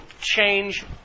change